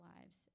lives